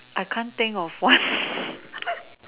I can't think of one